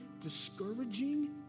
discouraging